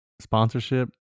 sponsorship